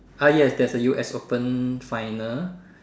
ah yes there's a US open final